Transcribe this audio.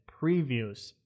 previews